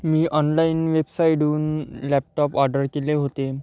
मी online वेबसाईडहून laptop order केले होते